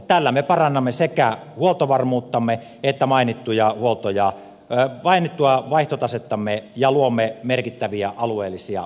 tällä me parannamme sekä huoltovarmuuttamme että mainittua vaihtotasettamme ja luomme merkittäviä alueellisia vaikutuksia